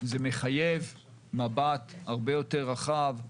זה מחייב מבט הרבה יותר רחב,